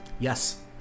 Yes